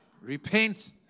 Repent